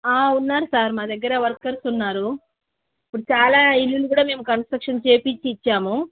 ఉన్నారు సార్ మా దగ్గర వర్కర్స్ ఉన్నారు ఇప్పుడు చాలా ఇల్లు కూడా మేము కన్స్ట్రక్షన్ చేపించి ఇచ్చాము